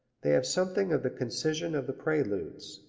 they have something of the concision of the preludes.